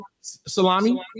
Salami